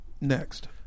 Next